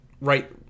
right